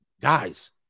guys